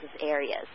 areas